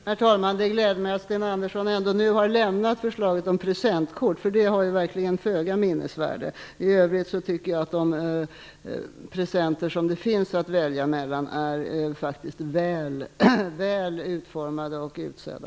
Herr talman! Det gläder mig att Sten Anders son i Malmö nu har lämnat förslaget om present kort. Det har ju föga minnesvärde. I övrigt tycker jag att de presenter som finns att välja mellan är väl utformade och utsedda.